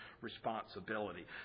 responsibility